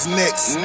next